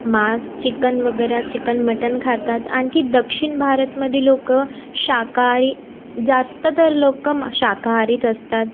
मास chicken वगैरे chicken mutton खातात आणखी दक्षिण भारतमधी लोक शाकाहारी जास्त तर लोक शाकाहारीच असतात